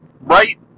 Right